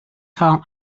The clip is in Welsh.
cael